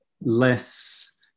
less